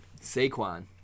Saquon